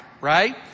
right